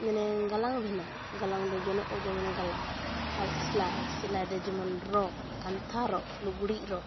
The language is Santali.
ᱢᱟᱱᱮ ᱜᱟᱞᱟᱝ ᱵᱷᱤᱱᱟᱹ ᱜᱟᱞᱟᱝ ᱫᱚ ᱡᱚᱱᱚᱜ ᱠᱚ ᱡᱮᱢᱚᱱ ᱜᱟᱞᱟᱝ ᱟᱨ ᱥᱮᱞᱟᱭ ᱥᱮᱞᱟᱭ ᱫᱚ ᱡᱮᱢᱚᱱ ᱨᱚᱜ ᱠᱟᱱᱛᱷᱟ ᱨᱚᱜ ᱞᱩᱜᱽᱲᱤᱜ ᱨᱚᱜ